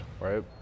right